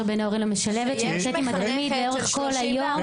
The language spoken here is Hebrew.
בין ההורים למשלבת.) כשיש מחנכת של 34 ילדים,